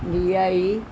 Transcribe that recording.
A I